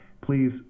please